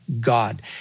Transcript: God